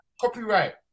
Copyright